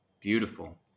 Beautiful